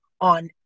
on